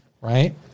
right